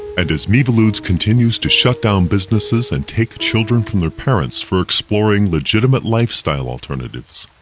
and as miviludes continues to shut down businesses and take children from their parents for exploring legitimate lifestyle alternatives,